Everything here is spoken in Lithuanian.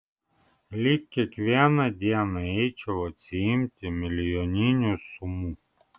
lyg kiekvieną dieną eičiau atsiimti milijoninių sumų